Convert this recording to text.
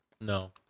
No